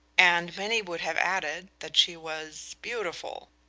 and many would have added that she was beautiful.